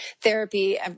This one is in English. therapy